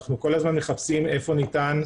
אנחנו כל הזמן מחפשים איפה ניתן ל